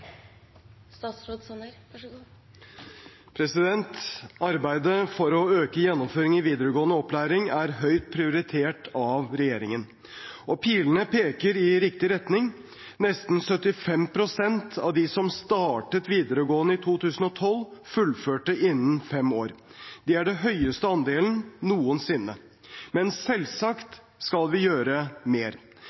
høyt prioritert av regjeringen. Pilene peker i riktig retning, nesten 75 pst. av de som startet videregående i 2012, fullførte innen fem år. Det er den høyeste andelen noensinne. Men selvsagt skal vi gjøre mer.